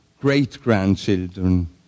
great-grandchildren